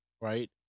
right